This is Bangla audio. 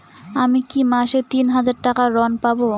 আমি কি মাসে তিন হাজার টাকার ঋণ পাবো?